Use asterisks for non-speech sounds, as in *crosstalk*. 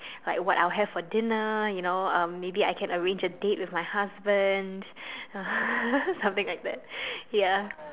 like what I'll have dinner you know um maybe I can arrange a date with my husband *laughs* something like that ya